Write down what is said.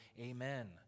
amen